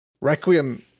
Requiem